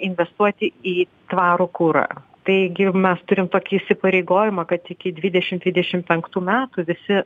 investuoti į tvarų kurą taigi mes turim tokį įsipareigojimą kad iki dvidešim dvidešim penktų metų visi